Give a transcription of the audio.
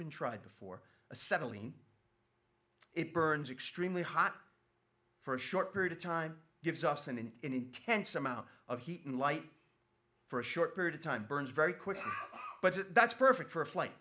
been tried before acetylene it burns extremely hot for a short period of time gives us an intense amount of heat and light for a short period of time burns very quickly but that's perfect for a flight